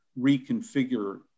reconfigure